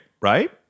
right